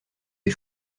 est